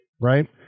right